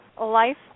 life